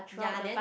ya then